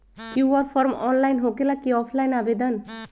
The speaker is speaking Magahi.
कियु.आर फॉर्म ऑनलाइन होकेला कि ऑफ़ लाइन आवेदन?